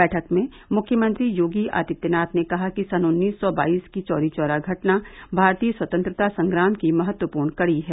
बैठक में मुख्यमंत्री योगी आदित्यनाथ ने कहा कि सन् उन्नीस सौ बाईस की चौरीचौरा घटना भारतीय स्वतंत्रता संग्राम की महत्वपूर्ण कड़ी है